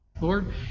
Lord